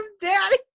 daddy